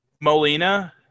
Molina